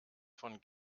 von